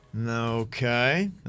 Okay